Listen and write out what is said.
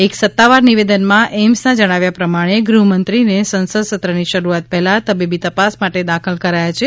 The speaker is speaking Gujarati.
એક સત્તાવાર નિવેદનમાં એઇમ્સના જણાવ્યા પ્રમાણે ગૃહમંત્રીને સંસદ સત્રની શરૂઆત પહેલા તબીબી તપાસ માટે દાખલ કરાયા છે